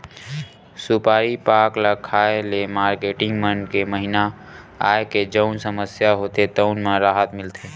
सुपारी पाक ल खाए ले मारकेटिंग मन के महिना आए के जउन समस्या होथे तउन म राहत मिलथे